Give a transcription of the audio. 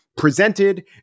presented